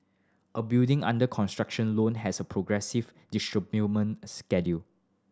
a building under construction loan has a progressive disbursement schedule